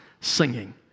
singing